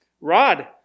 Rod